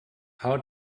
how